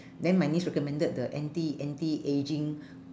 then my niece recommended the anti anti aging